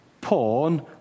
Porn